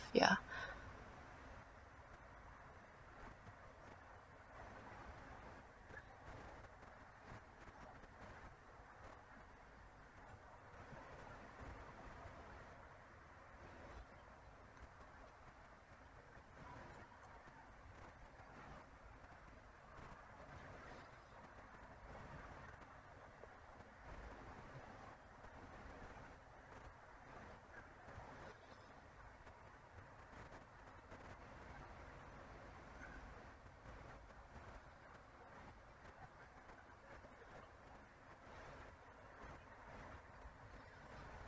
ya